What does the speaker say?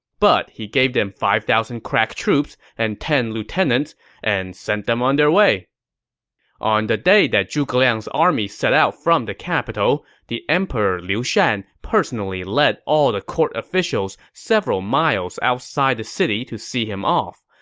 but he gave them five thousand crack troops and ten lieutenants and sent them on their way on the day that zhuge liang's army set out from the capital, the emperor liu shan personally led all the court officials several miles outside the city to see him off.